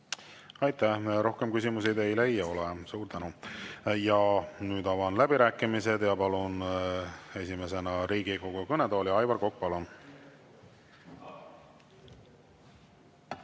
Aitäh! Rohkem küsimusi teile ei ole. Suur tänu! Nüüd avan läbirääkimised ja palun esimesena Riigikogu kõnetooli Aivar Koka.